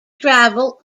travel